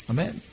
Amen